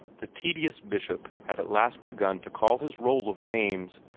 the tedious bishop had at last begun to call his roll of names,